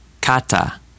Kata